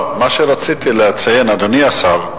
מה שרציתי לציין, אדוני השר,